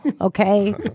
okay